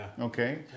Okay